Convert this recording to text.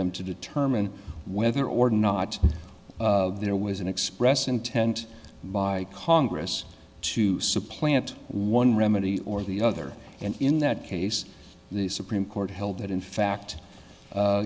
them to determine whether or not there was an express intent by congress to supplant one remedy or the other and in that case the supreme court held that in fact